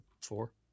four